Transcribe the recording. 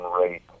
rate